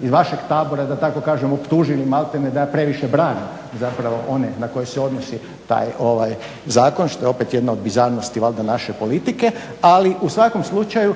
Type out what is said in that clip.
iz vašeg tabora da tako kažem optužili maltene da ja previše branim zapravo one na koje se odnosi taj zakon što je opet jedna od bizarnosti valjda naše politike. Ali u svakom slučaju